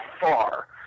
far